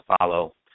follow